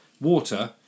water